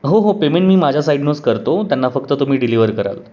हो हो पेमेंट मी माझ्या साईडनंच करतो त्यांना फक्त तुम्ही डिलिव्हर कराल